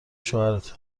شوهرته